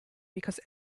because